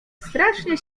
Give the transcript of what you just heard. strasznie